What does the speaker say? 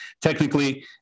Technically